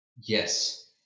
Yes